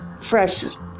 fresh